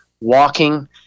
walking